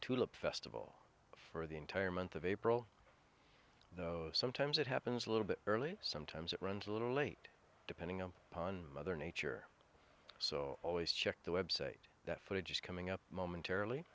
tulip festival for the entire month of april though sometimes it happens a little bit early sometimes it runs a little late depending upon mother nature so i always check the website that footage is coming up momentarily